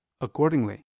Accordingly